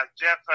Jeff